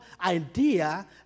idea